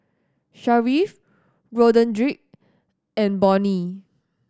Sharif Roderick and Bonnie